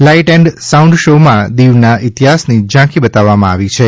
light and sound show માં દીવના ઇતિહાસની ઝાંખી બતાવવામાં આવી છે